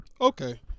Okay